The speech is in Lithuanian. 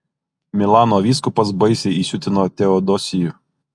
milano vyskupas baisiai įsiutino teodosijų